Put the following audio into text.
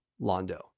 Londo